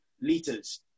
liters